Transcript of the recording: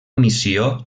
missió